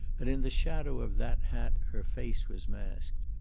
and in the shadow of that hat her face was masked.